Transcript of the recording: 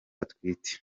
atwite